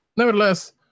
Nevertheless